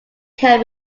can